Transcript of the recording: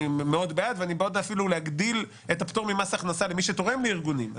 אני בעד אפילו להגדיל את הפטור במס הכנסה למי שתורם לארגונים.